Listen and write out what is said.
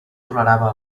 tolerava